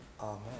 Amen